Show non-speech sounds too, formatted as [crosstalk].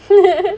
[laughs]